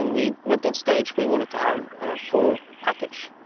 and we went onstage, we wanted to have a full package,